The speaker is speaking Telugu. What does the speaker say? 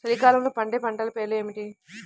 చలికాలంలో పండే పంటల పేర్లు ఏమిటీ?